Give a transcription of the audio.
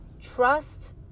trust